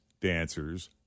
dancers